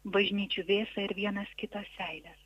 bažnyčių vėsą ir vienas kito seiles